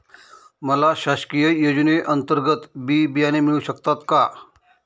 मला शासकीय योजने अंतर्गत बी बियाणे मिळू शकतात का?